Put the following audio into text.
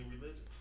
religion